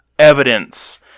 Evidence